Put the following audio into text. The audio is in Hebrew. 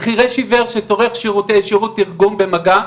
חרש עיוור שצורך שירות תרגום במגע,